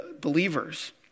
believers